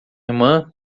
irmã